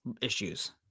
issues